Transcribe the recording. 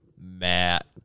Matt